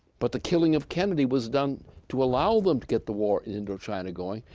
but the killing of kennedy was done to allow them to get the war in indochina going,